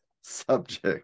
subject